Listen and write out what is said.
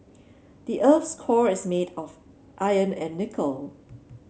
the earth's core is made of iron and nickel